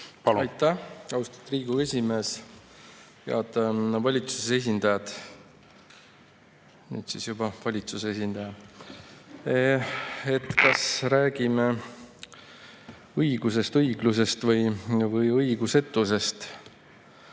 Aitäh, austatud Riigikogu esimees! Head valitsuse esindajad, nüüd siis juba valitsuse esindaja! Kas räägime õigusest, õiglusest või õigusetusest?